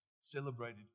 celebrated